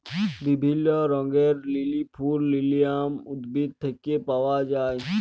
বিভিল্য রঙের লিলি ফুল লিলিয়াম উদ্ভিদ থেক্যে পাওয়া যায়